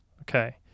Okay